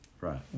right